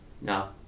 No